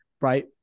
Right